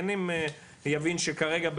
כן הוא יבין שכרגע,